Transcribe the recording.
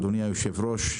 אדוני היושב-ראש,